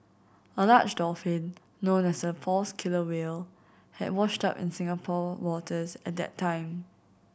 a large dolphin known as a false killer whale had washed up in Singapore waters at that time